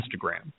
Instagram